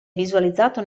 visualizzato